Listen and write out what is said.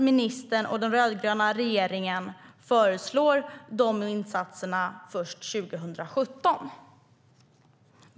Ministern och den rödgröna regeringen föreslår dock de insatserna först 2017.